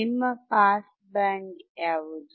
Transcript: ನಿಮ್ಮ pass band ಯಾವುದು